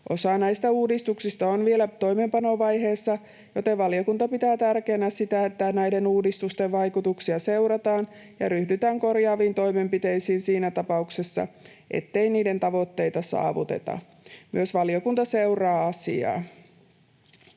Osa näistä uudistuksista on vielä toimeenpanovaiheessa, joten valiokunta pitää tärkeänä sitä, että näiden uudistusten vaikutuksia seurataan ja ryhdytään korjaaviin toimenpiteisiin siinä tapauksessa, ellei niiden tavoitteita saavuteta. Myös valiokunta seuraa asiaa.